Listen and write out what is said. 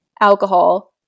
alcohol